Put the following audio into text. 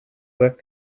work